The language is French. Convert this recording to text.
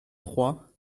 trois